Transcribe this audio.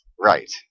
Right